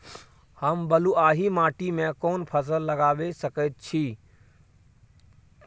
हम बलुआही माटी में कोन फसल लगाबै सकेत छी?